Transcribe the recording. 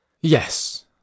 yes